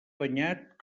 banyat